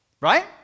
Right